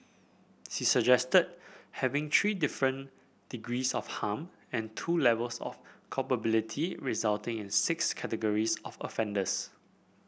she suggested having three different degrees of harm and two levels of culpability resulting in six categories of offenders